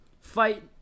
fight